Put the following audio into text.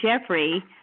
Jeffrey